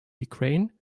ukraine